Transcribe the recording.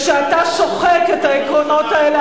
וכשאתה שוחק את העקרונות האלה,